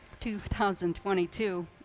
2022